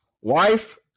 wife